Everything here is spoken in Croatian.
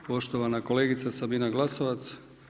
Poštovana kolegica Sabina Glasovac.